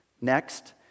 Next